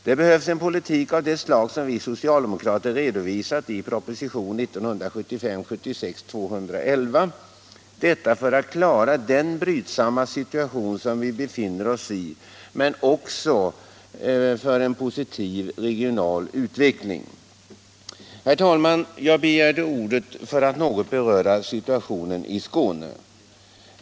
Det behövs en politik av det slag som vi socialdemokrater redovisat i propositionen 1975/76:211. Detta för att klara den brydsamma situation som vi befinner oss i men också för att få en positiv regional utveckling. Herr talman! Jag begärde ordet för att något beröra situationen i Skåne.